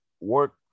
work